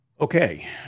Okay